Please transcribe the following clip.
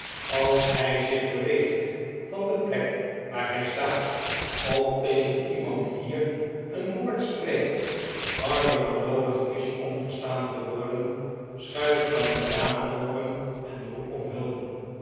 als hij zich beweegt van de plek waar hij staat of tegen iemand hier een woord spreekt harder dan noodig is om verstaan te worden schuif dan het raam open en roep om hulp